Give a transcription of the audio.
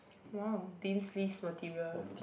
!wow! Dean's list material